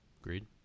agreed